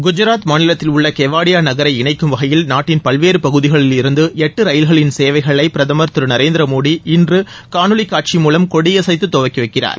குஜராத் மாநிலத்தில் உள்ள கெவாடியா நகரை இணைக்கும் வகையில் நாட்டின் பல்வேறு பகுதிகளில் இருந்து எட்டு ரயில்களின் சேவைகளை பிரதமா் திரு நரேந்திர மோடி இன்று காணொலி காட்சி மூலம் கொடியசைத்து தொடங்கிவைக்கிறார்